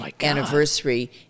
anniversary